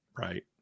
Right